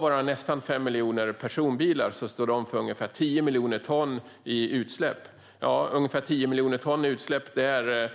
Våra nästan fem miljoner personbilar står för ungefär 10 miljoner ton i utsläpp. Det kommer ungefär 10 miljoner ton i utsläpp även